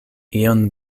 ion